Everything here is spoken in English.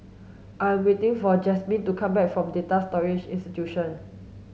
I am waiting for Jazmyn to come back from Data Storage Institute